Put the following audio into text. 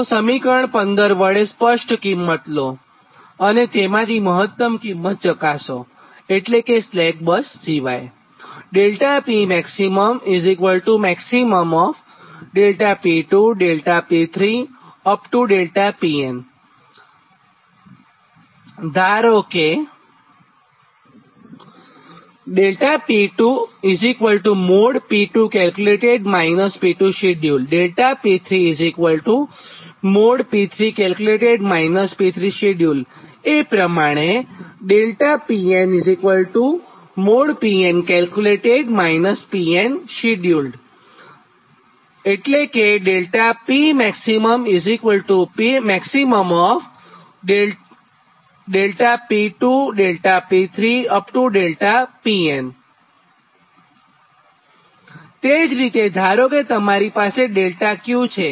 તમે સમીકરણ 15 વડે સ્પષ્ટ કિંમત લો અને તેમાંથી મહત્ત્મ કિંમત ચકાસોએટલે કે સ્લેક બસ સિવાય ધારો કે તે જ રીતે ધારો કે તમારી પાસે ΔQ છે